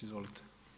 Izvolite.